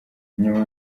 nyuma